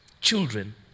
children